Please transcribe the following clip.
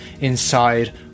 inside